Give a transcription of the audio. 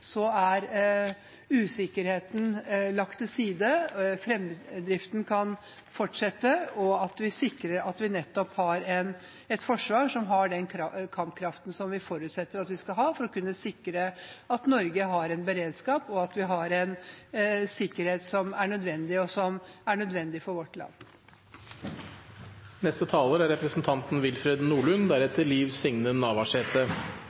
er usikkerheten lagt til side. Framdriften kan fortsette, og vi sikrer at vi har et forsvar med den kampkraften vi forutsetter at vi skal ha, for å sikre at Norge har en beredskap og en sikkerhet som er nødvendig, og som er nødvendig for vårt land. De talere som heretter får ordet, har en taletid på inntil 3 minutter. Dette er